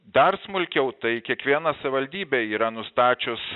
dar smulkiau tai kiekviena savivaldybė yra nustačius